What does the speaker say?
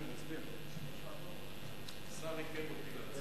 ההצעה להעביר את